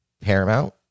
Paramount